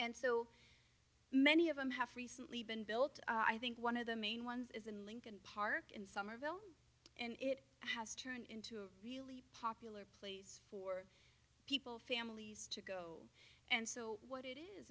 and so many of them have recently been built i think one of the main ones is in lincoln park in somerville and it has turned into a really popular place for people families to go and so what is is